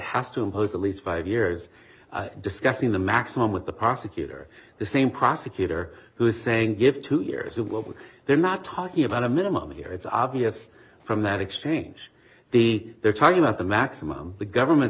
has to impose at least five years discussing the maximum with the prosecutor the same prosecutor who is saying give two years they're not talking about a minimum here it's obvious from that exchange the they're talking about the maximum the government